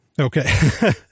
Okay